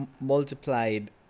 multiplied